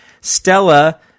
Stella